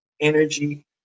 energy